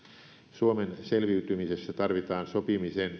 suomen selviytymisessä tarvitaan sopimisen